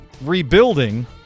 rebuilding